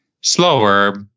slower